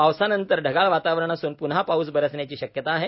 पावसानंतर ढगाळ वातावरण असून पुन्हा पाऊस बरसण्याची शक्यता आहे